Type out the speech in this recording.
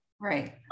Right